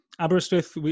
Aberystwyth